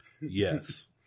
Yes